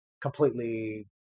completely